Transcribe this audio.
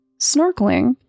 snorkeling